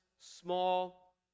small